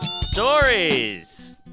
Stories